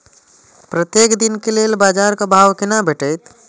प्रत्येक दिन के लेल बाजार क भाव केना भेटैत?